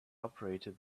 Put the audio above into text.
operated